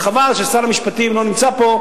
וחבל ששר המשפטים לא נמצא פה,